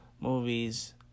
movies